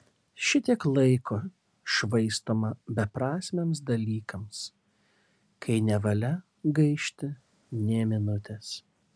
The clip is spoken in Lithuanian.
šitiek laiko švaistoma beprasmiams dalykams kai nevalia gaišti nė minutės